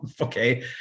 Okay